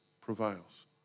prevails